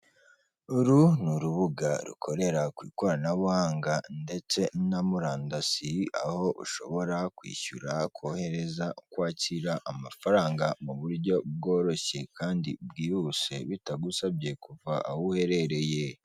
Uru ni urubuga rukorera ku ikoranabuhanga ndetse na murandasi, aho ushobora kwishyura, kohereza, kwakira amafaranga mu buryo bworoshye kandi bwihuse bitagusabye kuva aho uherereye.